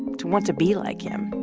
to want to be like him.